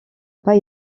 pas